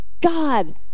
God